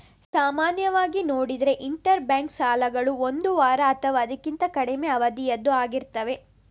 ಸಾಮಾನ್ಯವಾಗಿ ನೋಡಿದ್ರೆ interbank ಸಾಲಗಳು ಒಂದು ವಾರ ಅಥವಾ ಅದಕ್ಕಿಂತ ಕಡಿಮೆ ಅವಧಿಯದ್ದು ಆಗಿರ್ತವೆ